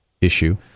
issue